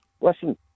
Listen